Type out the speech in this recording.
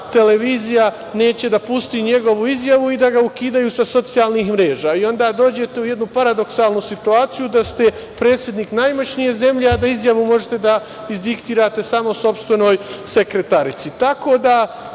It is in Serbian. televizija neće da pusti njegovu izjavu i da ga ukidaju sa socijalnih mreža i onda dođete u jednu paradoksalnu situaciju da ste predsednik najmoćnije zemlje, a da izjavu možete da izdiktirate samo sopstvenoj sekretarici.